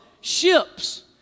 ships